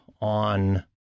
on